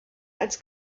als